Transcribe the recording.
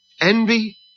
Envy